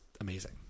amazing